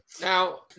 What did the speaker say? Now